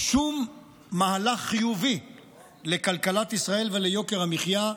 שום מהלך חיובי לכלכלת ישראל וליוקר המחיה.